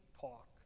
talk